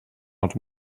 els